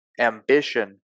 ambition